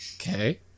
Okay